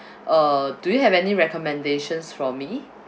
uh do you have any recommendations for me